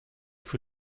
für